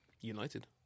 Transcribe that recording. United